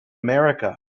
america